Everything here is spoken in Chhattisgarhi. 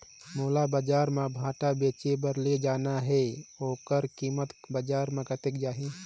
मोला बजार मां भांटा बेचे बार ले जाना हे ओकर कीमत बजार मां कतेक जाही?